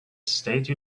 state